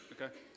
okay